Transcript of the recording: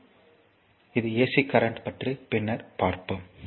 எனவே இது AC current பற்றி பின்னர் பார்ப்போம்